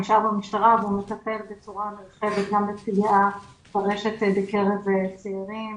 נשאר במשטרה והוא מטפל בצורה נרחבת בקרב צעירים